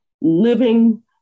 living